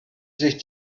sich